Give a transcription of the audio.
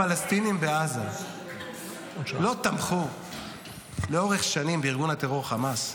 הפלסטינים בעזה לא תמכו לאורך השנים בארגון הטרור חמאס?